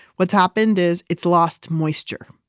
what's happened is it's lost moisture.